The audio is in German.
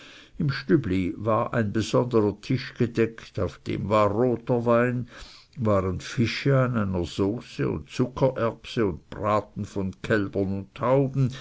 im stübli war ein besonderer tisch gedeckt auf dem war roter wein waren fische an einer sauce und zuckererbse und braten von kälbern und tauben